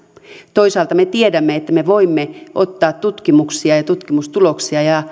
toisaalta me tiedämme että me voimme ottaa tutkimuksia ja tutkimustuloksia